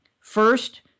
First